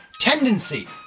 tendency